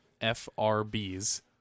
FRBs